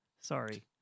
Sorry